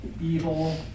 evil